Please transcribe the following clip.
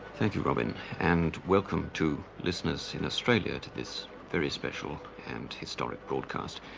thank you robyn and welcome to listeners in australia to this very special and historic broadcast.